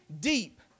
deep